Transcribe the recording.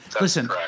listen